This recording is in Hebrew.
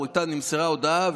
נמסרה הודעה.